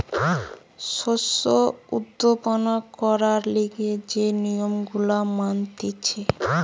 শস্য উৎপাদন করবার লিগে যে নিয়ম গুলা মানতিছে